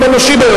גם אנושי ביותר,